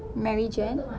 mary jane